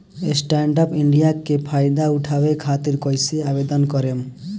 Stand up India के फाइदा उठाओ खातिर कईसे आवेदन करेम?